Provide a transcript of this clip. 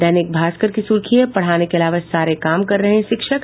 दैनिक भास्कर की सुर्खी है पढ़ाने के अलावा सारे काम कर रहे शिक्षक